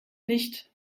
nicht